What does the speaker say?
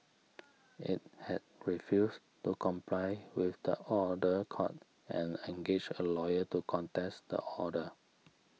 it had refused to comply with the order court and engaged a lawyer to contest the order